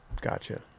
Gotcha